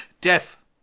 Death